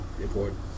important